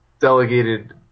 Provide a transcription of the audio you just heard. delegated